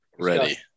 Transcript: Ready